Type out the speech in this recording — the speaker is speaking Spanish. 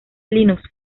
linux